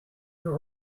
your